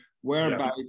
whereby